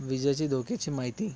विजेची धोक्याची माहिती